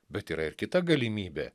bet yra ir kita galimybė